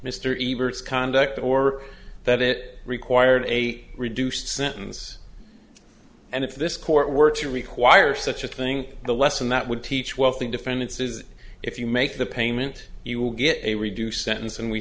its conduct or that it required a reduced sentence and if this court were to require such a thing the lesson that would teach wealthy defendants is if you make the payment you will get a reduced sentence and we